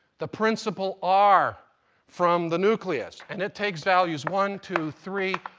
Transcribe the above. the principal r from the nucleus. and it takes values one, two, three,